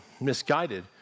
misguided